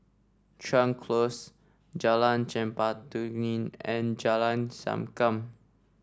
Chuan Close Jalan Chempaka Kuning and Jalan Sankam